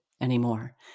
anymore